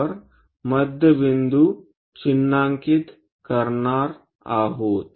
वर मध्यबिंदू चिन्हांकित करणार आहोत